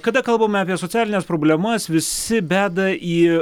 kada kalbame apie socialines problemas visi beda į